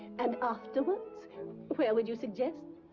and afterwards, where would you suggest?